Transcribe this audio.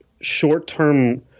short-term